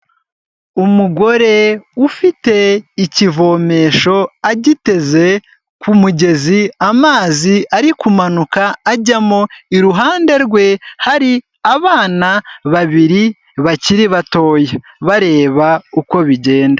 Umugore ufite ikivomesho agiteze ku mugezi amazi ari kumanuka ajyamo, iruhande rwe hari abana babiri bakiri batoya bareba uko bigenda.